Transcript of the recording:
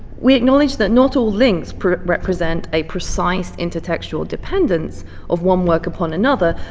we acknowledge that not all links represent a precise intertextual dependence of one work upon another.